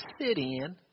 sit-in